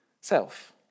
self